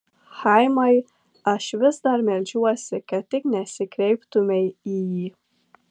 chaimai aš vis dar meldžiuosi kad tik nesikreiptumei į jį